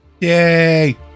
Yay